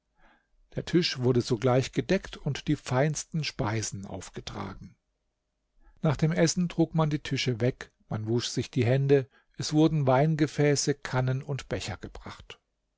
der tisch wurde sogleich gedeckt und die feinsten speisen aufgetragen nach dem essen trug man die tische weg man wusch sich die hände es wurden weingefäße kannen und becher gebracht